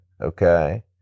okay